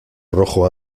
rojo